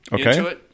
Okay